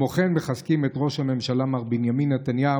כמו כן אנו מחזקים את ראש הממשלה מר בנימין נתניהו